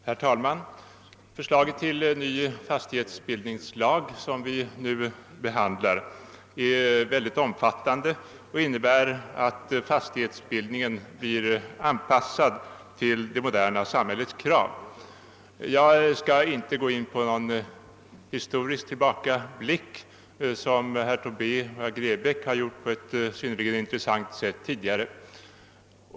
Herr talman! Det förslag till ny fastighetsbildningslag som vi nu behandlar är mycket omfattande och innebär att fastighetsbildningen blir anpassad till det moderna samhällets krav. Jag skall inte göra några historiska tillbakablickar, som herrar Tobé och Grebäck här gjort på ett synnerligen intressant sätt.